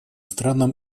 странам